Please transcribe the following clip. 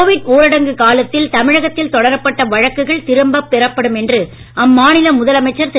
Covid ஊரடங்கு காலத்தில் தமிழகத்தில் தொடரப்பட்ட வழக்குகள் பெறப்படும் என்று திரும்பப் அம்மாநில முதலமைச்சர் திரு